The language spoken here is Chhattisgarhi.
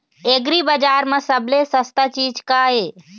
एग्रीबजार म सबले सस्ता चीज का ये?